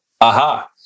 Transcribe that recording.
Aha